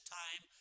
time